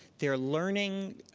they're learning